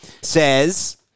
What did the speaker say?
says